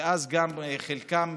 ואז לחלקם,